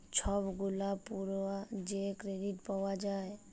ছব গুলা পুরা যে কেরডিট পাউয়া যায়